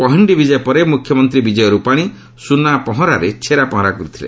ପହଣ୍ଡି ବିଜେ ପରେ ମୁଖ୍ୟମନ୍ତ୍ରୀ ବିଜୟ ରୁପାଣୀ ସୁନା ପହଁରାରେ ଛେରା ପହଁରା କରିଥିଲେ